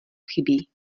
chybí